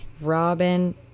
Robin